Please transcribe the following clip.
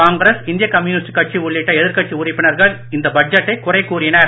காங்கிரஸ் இந்திய கம்யூனிஸ்ட் கட்சி உள்ளிட்ட எதிர்கட்சி உறுப்பினர்கள் இந்த பட்ஜெட்டை குறை கூறினர்